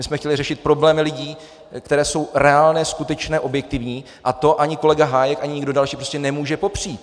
My jsme chtěli řešit problémy lidí, které jsou reálné, skutečné, objektivní, a to ani kolega Hájek, ani nikdo další prostě nemůže popřít.